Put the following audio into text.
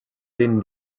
din